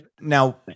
Now